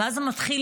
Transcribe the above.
ואז זה מתחיל,